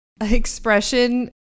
expression